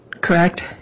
correct